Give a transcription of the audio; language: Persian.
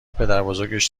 پدربزرگش